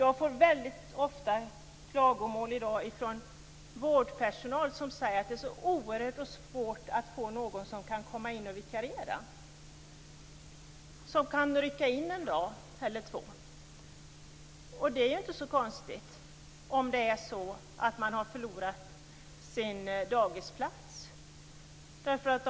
Jag får väldigt ofta klagomål från vårdpersonal. Det sägs att det är så oerhört svårt att få tag på någon som kan vikariera eller rycka in en dag eller två. Det är inte så konstigt om dagisplatsen har gått förlorad.